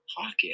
pocket